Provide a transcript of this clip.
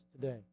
today